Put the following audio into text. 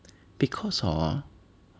because hor